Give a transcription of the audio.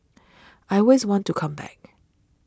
I always want to come back